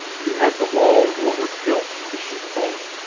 he had the wall of uruk built, the sheepfold,